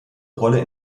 rolle